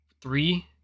three